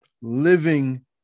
living